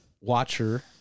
watcher